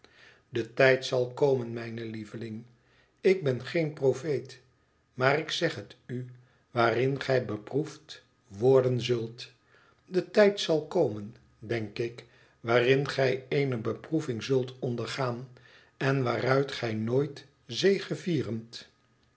de tijd zal komen mijne lieveling ik ben geen profeet maar ik zeg het u waarin gij beproefd worden zult de tijd zai komen denk ik waarin gij eene beproeving zult ondergaan en waaruit gij nooit